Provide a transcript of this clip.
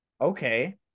Okay